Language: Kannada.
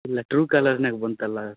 ಇಲ್ಲ ಟ್ರೂ ಕಾಲರ್ನ್ಯಾಗೆ ಬಂತಲ್ಲ